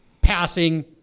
passing